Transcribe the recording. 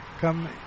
Come